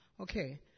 Okay